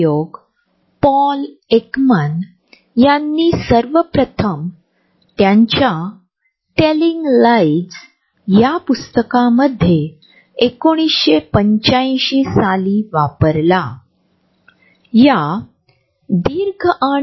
आम्ही ज्या लोकांना आपल्या जवळच्या व्यक्तींनी आपल्या फुग्यामध्ये घुसखोरी करीत आहोत आणि आपण त्याबद्दल काहीही करू शकत नाही अशा परिस्थितीत आपण तोंड देत असल्यास आपल्या जवळच्या लोकांनाच या फुग्यामध्ये प्रवेश करणे आणि लिंग आणि संस्कृतीची पर्वा न करता आम्ही या फुग्यामध्ये प्रवेश करण्याची परवानगी देतोएक संरक्षण यंत्रणा विकसित करतो